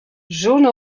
jaune